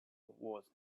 was